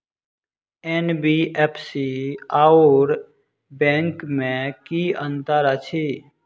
NBFC आओर bank मे की अंतर अछि?